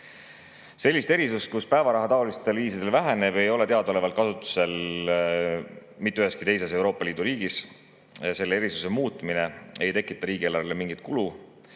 Sellist erisust, kus päevaraha taolistel viisidel väheneb, ei ole teadaolevalt kasutusel mitte üheski teises Euroopa Liidu riigis. Selle erisuse muutmine ei tekita riigieelarvele mingit kulu.